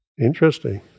Interesting